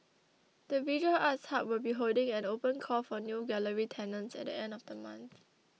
the visual arts hub will be holding an open call for new gallery tenants at the end of the month